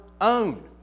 own